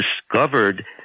discovered